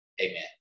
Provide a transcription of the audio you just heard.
Amen